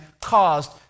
caused